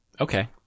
Okay